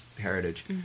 heritage